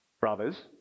Brothers